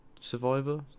survivor